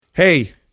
Hey